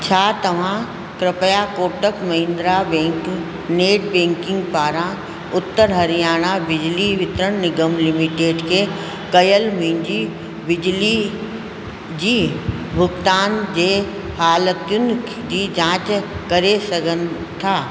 छा तव्हां कृपया Kotak Mahindra bank net banking पारां उत्तर हरियाणा बिजली वितरण निगम लिमीटेड खे कयलु मुंहिंजी बिजली जी भुगतान जे हालतुनि जी जाच करे सघनि था